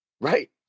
right